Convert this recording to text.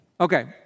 Okay